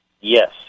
Yes